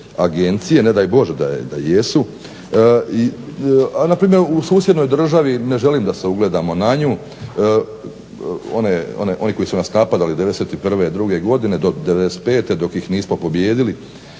a na primjer u susjednoj državi ne želim da se ogledamo na nju, oni koji su nas napadala 91., 92. godine do 95. dok ih nismo pobijedili